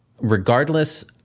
Regardless